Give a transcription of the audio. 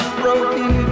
broken